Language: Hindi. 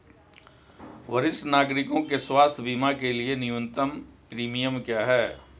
वरिष्ठ नागरिकों के स्वास्थ्य बीमा के लिए न्यूनतम प्रीमियम क्या है?